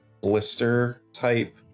blister-type